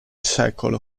sec